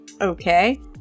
Okay